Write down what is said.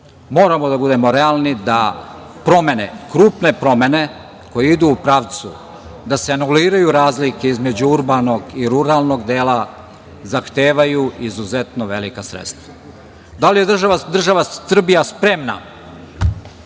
Moramo da budemo realni, da promene, krupne promene koje idu u pravcu da se anuliraju razlike između urbanog i ruralnog dela zahtevaju izuzetno velika sredstva. Da li je država Srbija spremna?